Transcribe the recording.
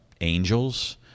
angels